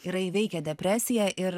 yra įveikę depresiją ir